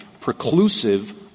preclusive